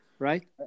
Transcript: Right